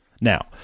Now